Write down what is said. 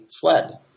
fled